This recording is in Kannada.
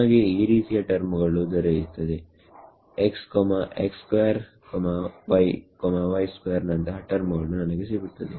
ನಮಗೆ ಈ ರೀತಿಯ ಟರ್ಮುಗಳು ದೊರೆಯುತ್ತದೆ x y ನಂತಹ ಟರ್ಮುಗಳು ನನಗೆ ಸಿಗುತ್ತದೆ